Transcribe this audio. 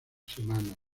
semanas